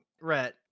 Rhett